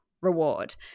reward